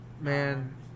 Man